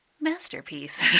masterpiece